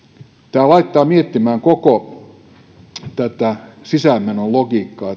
tämä laittaa miettimään koko tätä sisäänmenon logiikkaa